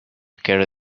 carry